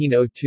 1902